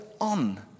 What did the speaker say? on